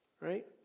Right